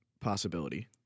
possibility